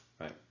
Right